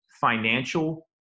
financial